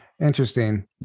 Interesting